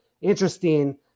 interesting